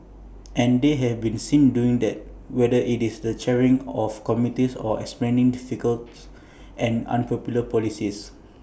and they have been seen doing that whether IT is the chairing of committees or explaining difficult and unpopular policies